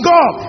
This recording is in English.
God